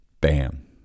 bam